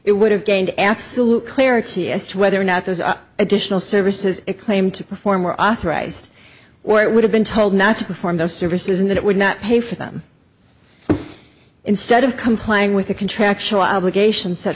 it would have gained absolute clarity as to whether or not those additional services claim to perform were authorized or it would have been told not to perform those services and that it would not pay for them instead of complying with the contractual obligations set